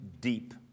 deep